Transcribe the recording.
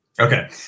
Okay